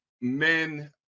men